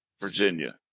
Virginia